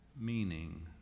meaning